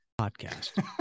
podcast